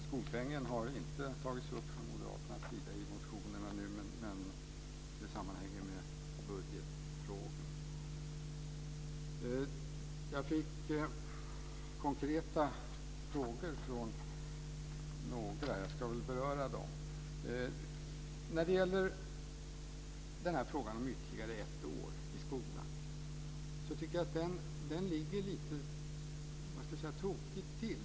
Skolpengen har inte tagits upp från moderaternas sida i de här motionerna, men den sammanhänger ju med budgetfrågorna. Jag fick konkreta frågor från några ledamöter. Jag ska beröra dem. Frågan om ytterligare ett år i skolan tycker jag ligger lite tokigt till.